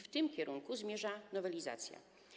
W tym kierunku zmierza nowelizacja.